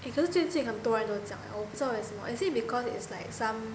because 最近很多人都这样 eh 我不知道为什么 is it because is like some